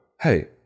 hey